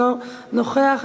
אינו נוכח.